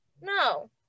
No